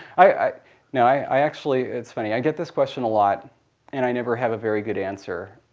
i you know i actually it's funny, i get this question a lot and i never have a very good answer,